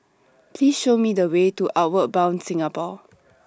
Please Show Me The Way to Outward Bound Singapore